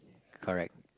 correct